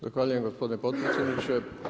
Zahvaljujem gospodine potpredsjedniče.